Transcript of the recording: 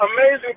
amazing